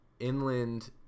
inland